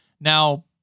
Now